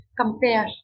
compare